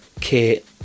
kit